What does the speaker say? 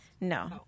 No